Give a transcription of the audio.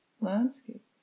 landscape